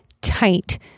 tight